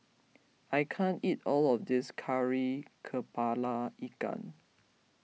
I can't eat all of this Kari Kepala Ikan